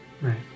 Right